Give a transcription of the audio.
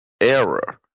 error